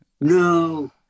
no